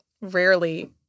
rarely